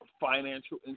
financial